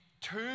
two